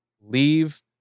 leave